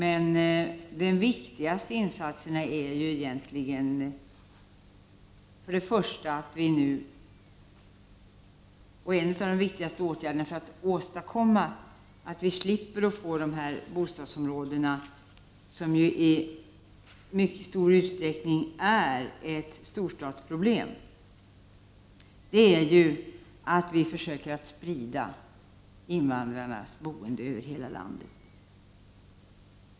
En av de viktigaste åtgärderna som måste vidtas för att vi skall slippa dessa bostadsområden, som i mycket stor utsträckning är ett storstadsproblem, är att man försöker sprida invandrarna över hela landet.